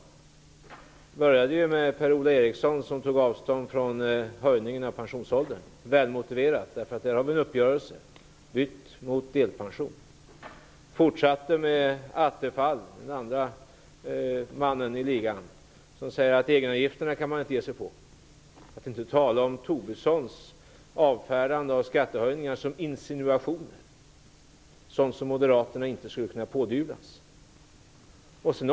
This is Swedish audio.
Det började med Per-Ola Eriksson som tog avstånd från höjningen av pensionsåldern. Det var väl motiverat därför att vi där har en uppgörelse. Det fortsatte med Attefall, den andre mannen i ligan, som säger att man inte kan ge sig på egenavgifterna -- för att inte tala om Tobissons avfärdande av skattehöjningar som insinuationer som moderaterna inte skulle kunna pådyvlas.